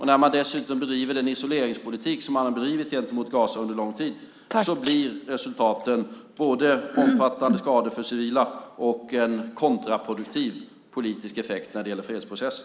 När man dessutom bedriver den isoleringspolitik som man har bedrivit gentemot Gaza under lång tid blir resultaten både omfattande skador för civila och en kontraproduktiv politisk effekt när det gäller fredsprocessen.